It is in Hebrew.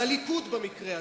מהליכוד במקרה הזה.